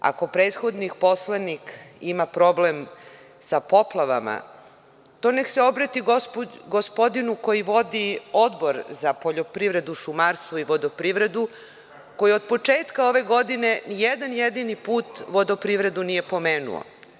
Ako prethodni poslanik ima problem sa poplavama, to neka se obrati gospodinu koji vodi Odbor za poljoprivredu, šumarstvo i vodoprivredu, koji od početka ove godine nijedan jedini put vodoprivredu nije pomenuo.